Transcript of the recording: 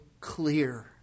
clear